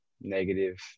negative